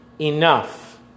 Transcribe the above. enough